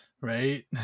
Right